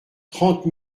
trente